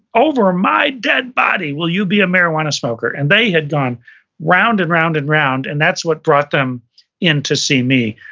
over my dead body will you be a marijuana smoker. and they had gone round and round and round and that's what brought them in to see me,